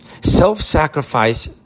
self-sacrifice